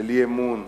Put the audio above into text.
של אי-אמון,